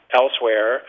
elsewhere